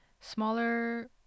smaller